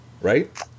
Right